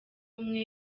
umwe